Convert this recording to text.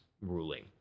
ruling